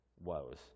woes